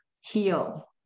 heal